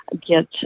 get